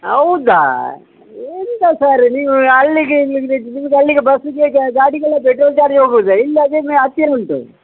ಹೌದಾ ಎಂತ ಸರ್ ನೀವು ಅಲ್ಲಿಗೆ ನಿಮ್ಗೆ ಅಲ್ಲಿಗೆ ಬಸ್ಸಿದೆಯಾ ಗಾಡಿಗಳ ಪೆಟ್ರೋಲ್ ಚಾರ್ಜೆ ಹೋಗೋದ ಇಲ್ಲಾದರೆ ಅದ್ಕೇನು ಉಂಟು